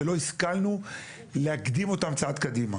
ולא השכלנו להקדים אותם צעד קדימה.